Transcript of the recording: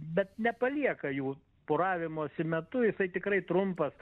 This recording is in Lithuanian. bet nepalieka jų poravimosi metu jisai tikrai trumpas